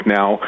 now